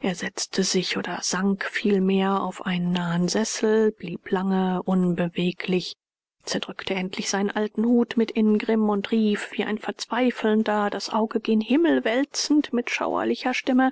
er setzte sich oder sank vielmehr auf einen nahen sessel blieb lange unbeweglich zerdrückte endlich seinen alten hut mit ingrimm und rief wie ein verzweifelnder das auge gen himmel wälzend mit schauerlicher stimme